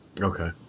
okay